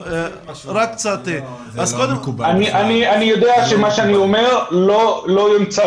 רק --- אני יודע שמה שאני אומר לא ימצא